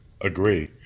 agree